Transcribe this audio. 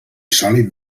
sòlid